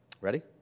Ready